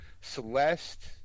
Celeste